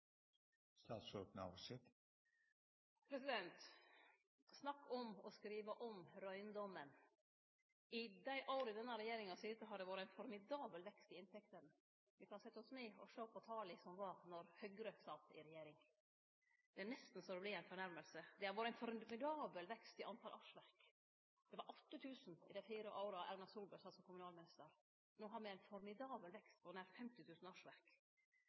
Snakk om å skrive om røyndomen! I dei åra denne regjeringa har sete, har det vore ein formidabel vekst i inntektene. Me kan setje oss ned og sjå på tala som var då Høgre sat i regjering. Det er nesten så det vert ei fornærming. Det har vore ein formidabel vekst i talet på årsverk. Det var 8 000 i dei fire åra Erna Solberg sat som kommunalminister. No har me ein formidabel vekst på nær 50 000 årsverk.